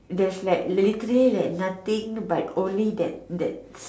theres like literally like nothing but only that that